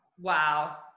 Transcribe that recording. wow